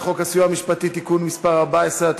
חוק הסיוע המשפטי (תיקון מס' 14),